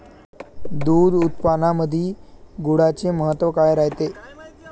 दूध उत्पादनामंदी गुळाचे महत्व काय रायते?